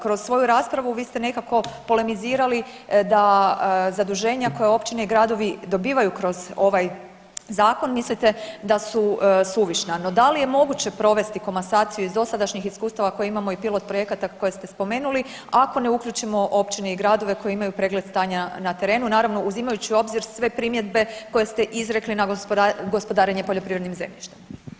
Kroz svoju raspravu vi ste nekako polemizirali da zaduženja koja općine i gradovi dobivaju kroz ovaj zakon mislite da su suvišna, no da li je moguće provesti komasaciju iz dosadašnjih iskustava koje imamo i pilot projekata koje ste spomenuli ako ne uključimo općine i gradove koji imaju pregled stanja na terenu naravno uzimajući u obzir sve primjedbe koje ste izrekli na gospodarenje poljoprivrednim zemljištem?